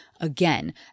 again